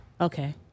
Okay